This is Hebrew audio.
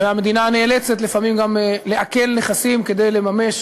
והמדינה נאלצת לפעמים גם לעקל נכסים כדי לממש